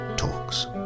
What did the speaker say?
talks